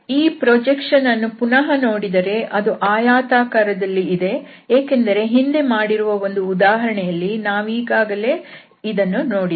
ಈ ಪ್ರೊಜೆಕ್ಷನ್ ಅನ್ನು ಪುನಃ ನೋಡಿದರೆ ಅದು ಆಯತಾಕಾರದಲ್ಲಿ ಇದೆ ಏಕೆಂದರೆ ಹಿಂದೆ ಮಾಡಿರುವ ಒಂದು ಉದಾಹರಣೆಯಲ್ಲಿ ಈಗಾಗಲೇ ನಾವಿದನ್ನು ನೋಡಿದ್ದೇವೆ